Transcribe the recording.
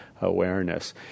awareness